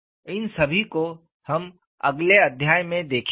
इन सभी को हम अगले अध्याय में देखेंगे